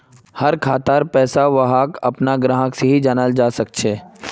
हर खातार पैसाक वहार अपनार ग्राहक से ही जाना जाल सकछे